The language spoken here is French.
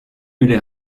les